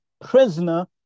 prisoner